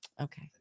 Okay